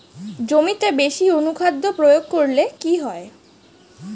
জমিতে বেশি অনুখাদ্য প্রয়োগ করলে কি হয়?